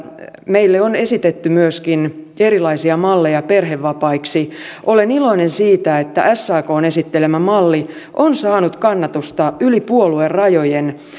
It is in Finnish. meille on esitetty myöskin erilaisia malleja perhevapaiksi olen iloinen siitä että sakn esittelemä malli on saanut kannatusta yli puoluerajojen